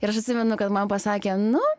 ir aš atsimenu kad man pasakė nu